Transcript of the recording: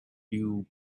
dew